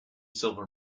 silver